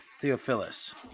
Theophilus